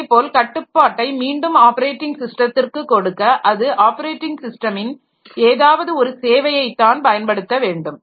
அதேபோல கட்டுப்பாட்டை மீண்டும் ஆப்பரேட்டிங் ஸிஸ்டத்திற்கு கொடுக்க அது ஆப்பரேட்டிங் ஸிஸ்டமின் ஏதாவது ஒரு சேவையை தான் பயன்படுத்த வேண்டும்